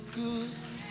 good